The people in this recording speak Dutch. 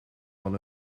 van